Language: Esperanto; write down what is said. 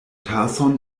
tason